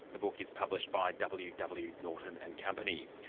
the book is published by ww ww norton and company.